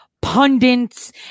pundits